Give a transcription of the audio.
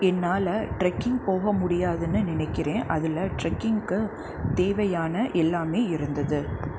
என்னால் ட்ரெக்கிங் போக முடியாதுன்னு நினைக்கிறேன் அதில் ட்ரெக்கிங்க்கு தேவையான எல்லாமே இருந்தது